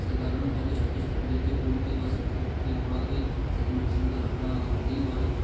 সেই কারণে হয়তো ছাত্র ছাত্রীদের পড়তে বা শিক্ষককে পড়াতে সেখানে অসুবিধা হতেই পারে